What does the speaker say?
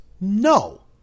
No